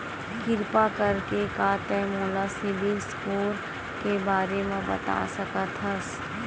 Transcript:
किरपा करके का तै मोला सीबिल स्कोर के बारे माँ बता सकथस?